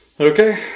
Okay